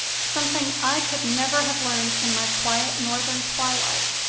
some thing i could never have learned in my quiet northern twilight.